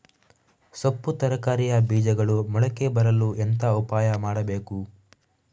ಸೊಪ್ಪು ತರಕಾರಿಯ ಬೀಜಗಳು ಮೊಳಕೆ ಬರಲು ಎಂತ ಉಪಾಯ ಮಾಡಬೇಕು?